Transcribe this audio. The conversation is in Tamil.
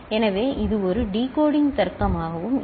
எனவே இது ஒரு டிகோடிங் தர்க்கமாகவும் இருக்கலாம்